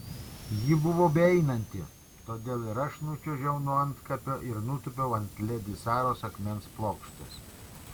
ji buvo beeinanti todėl ir aš nučiuožiau nuo antkapio ir nutūpiau ant ledi saros akmens plokštės